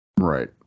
Right